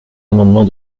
amendement